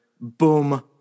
Boom